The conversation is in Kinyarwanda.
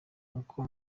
uko